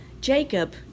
Jacob